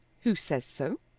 who says so?